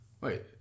wait